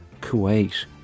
Kuwait